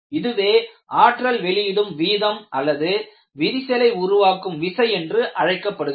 இதுவே ஆற்றல் வெளியிடும் வீதம் அல்லது விரிசலை உருவாக்கும் விசை என்று அழைக்கப்படுகிறது